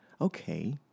Okay